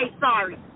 sorry